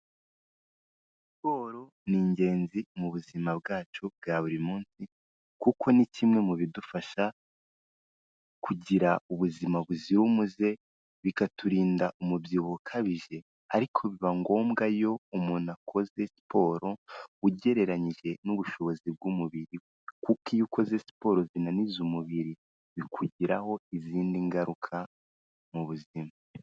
Siporo ni ingenzi mu buzima bwacu bwa buri munsi, kuko ni kimwe mu bidufasha kugira ubuzima buzira umuze, bikaturinda umubyibuho ukabije, ariko biba ngombwa iyo umuntu akoze siporo ugereranyije n'ubushobozi bw'umubiri we, kuko iyo ukoze siporo zinaniza umubiri bikugiraho izindi ngaruka mu buzima.